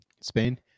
Spain